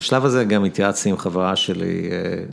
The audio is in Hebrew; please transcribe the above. בשלב הזה גם התיעצתי עם חברה שלי.